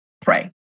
pray